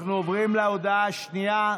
אנחנו עוברים להודעה השנייה,